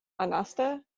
Anasta